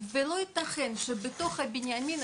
ואל ייתכן שבתוך בנימינה,